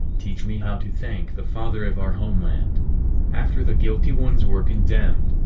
teach me how to thank the father of our homeland after the guilty ones were condemned,